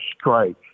strike